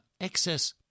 excess